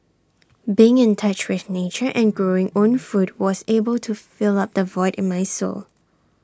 being in touch with nature and growing own food was able to fill up the void in my soul